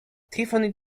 tiffany